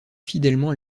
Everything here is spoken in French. fidèlement